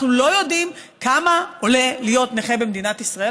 אנחנו לא יודעים כמה עולה להיות נכה במדינת ישראל?